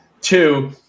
Two